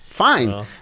Fine